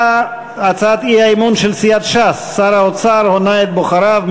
הצעת האי-אמון של סיעת ש"ס: שר האוצר הונה את בוחריו,